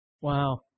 Wow